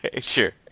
sure